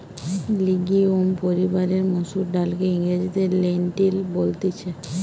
legume পরিবারের মসুর ডালকে ইংরেজিতে লেন্টিল বলতিছে